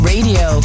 Radio